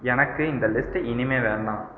எனக்கு இந்த லிஸ்ட் இனிமே வேண்டாம்